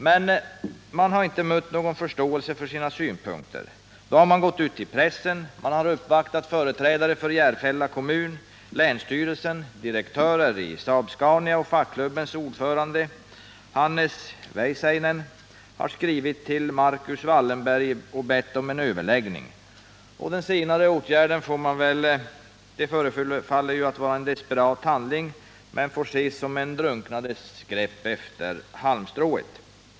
När man inte har mött någon förståelse för sina synpunkter, har man gått ut till pressen, uppvaktat företrädare för Järfälla kommun, länsstyrelsen, direktörer i Saab-Scania. Fackklubbens ordförande, Hannes Väisäinen, har skrivit till Marcus Wallenberg och bett om en överläggning. Den senare åtgärden förefaller vara en desperat handling men får ses som en drunknandes grepp efter halmstrået.